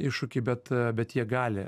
iššūkiai bet bet jie gali